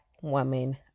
woman